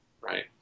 right